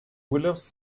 williams